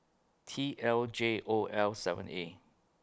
T L J O L seven A